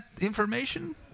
information